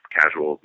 casual